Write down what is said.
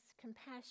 compassion